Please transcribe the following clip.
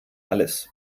alles